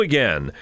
Again